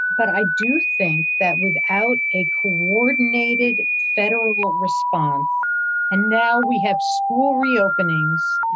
but i do think that without a coordinated federal response and now we have school reopenings,